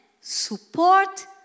support